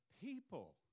people